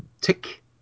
Tick